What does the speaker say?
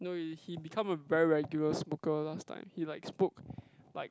no he he become a very regular smoker last time he like smoke like